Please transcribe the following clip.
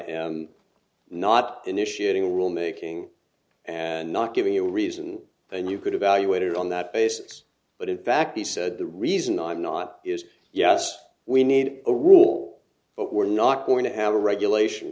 is not initiating rule making and not giving you a reason then you could evaluate it on that basis but in fact he said the reason i'm not is yes we need a rule but we're not going to have a regulation